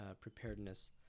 preparedness